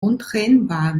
untrennbar